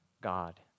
God